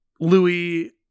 louis